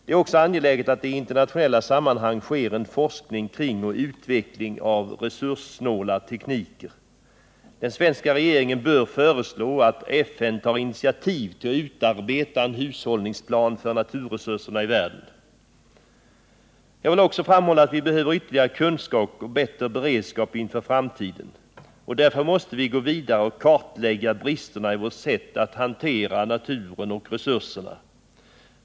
Det är också angeläget att det i internationella sammanhang sker en forskning kring och utveckling av resurssnåla tekniker. Den svenska regeringen bör föreslå att FN tar initiativ till att utarbeta en hushållningsplan för naturresurserna i världen. Jag vill också framhålla att vi behöver ytterligare kunskap och bättre beredskap inför framtiden. Därför måste vi gå vidare och kartlägga bristerna i vårt sätt att hantera naturen och resurserna.